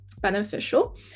beneficial